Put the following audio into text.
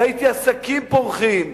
ראיתי עסקים פורחים,